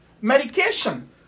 medication